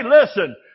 listen